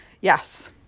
Yes